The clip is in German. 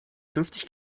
fünfzig